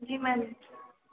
जी ma'am